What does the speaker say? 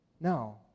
No